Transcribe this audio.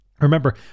Remember